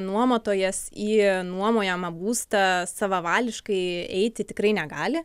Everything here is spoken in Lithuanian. nuomotojas į nuomojamą būstą savavališkai eiti tikrai negali